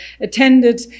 attended